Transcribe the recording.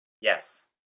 Yes